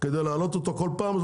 בשביל להעלות אותו כל פעם?